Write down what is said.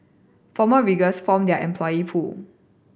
former riggers form their employee pool